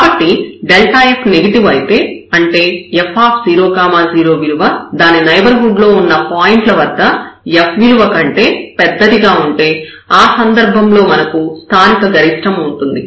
కాబట్టి f negative అయితే అంటే f0 0 విలువ దాని నైబర్హుడ్ లో ఉన్న పాయింట్ల వద్ద f విలువ కంటే పెద్దదిగా ఉంటే ఆ సందర్భంలో మనకు స్థానిక గరిష్టం ఉంటుంది